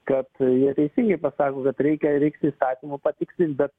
kad teisingai pasako kad reikia reiks įstatymu patikslint bet